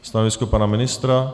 Stanovisko pana ministra?